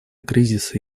кризисы